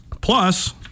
Plus